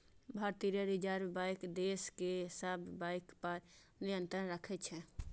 भारतीय reserve bank देश के सब बैंक पर नियंत्रण राखै छै